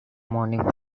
morning